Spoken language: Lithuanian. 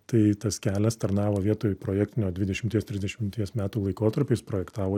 tai tas kelias tarnavo vietoj projektinio dvidešimties trisdešimties metų laikotarpį jis projektavo